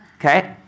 okay